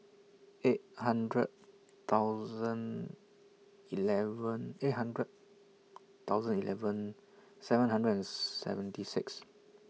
eight hundred thousand eleven eight hundred thousand eleven seven hundred and seventy six